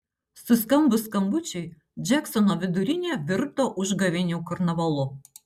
suskambus skambučiui džeksono vidurinė virto užgavėnių karnavalu